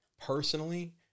personally